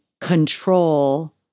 control